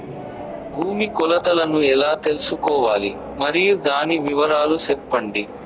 భూమి కొలతలను ఎలా తెల్సుకోవాలి? మరియు దాని వివరాలు సెప్పండి?